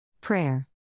Prayer